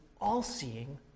all-seeing